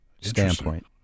standpoint